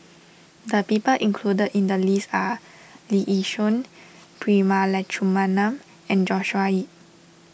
the people included in the list are Lee Yi Shyan Prema Letchumanan and Joshua Ip